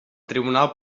tribunal